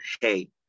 hey